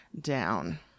down